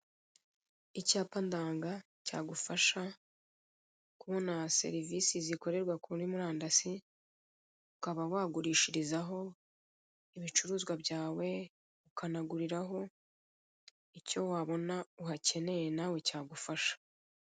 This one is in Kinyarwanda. Icyapa ndanga cyagufasha kubona serivisi zikorerwa kuri murandasi ukaba wagurishirizaho ibicuruzwa byawe ukanaguriraho icyo wabona uhakeneye nawe cyagufasha.